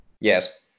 Yes